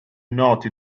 noti